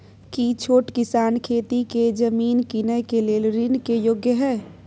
की छोट किसान खेती के जमीन कीनय के लेल ऋण के योग्य हय?